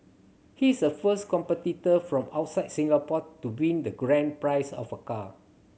he is a first competitor from outside Singapore to win the grand prize of a car